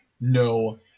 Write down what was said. no